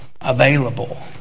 available